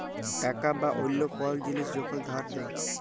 টাকা বা অল্য কল জিলিস যখল ধার দেয়